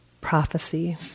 prophecy